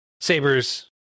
sabers